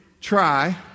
Try